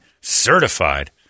certified